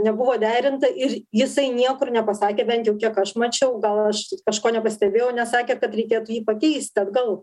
nebuvo derinta ir jisai niekur nepasakė bent jau kiek aš mačiau gal aš kažko nepastebėjau nes sakė kad reikėtų jį pakeisti atgal